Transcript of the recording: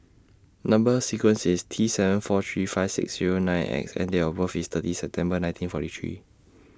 Number sequence IS T seven four three five six Zero nine X and Date of birth IS thirty September nineteen forty three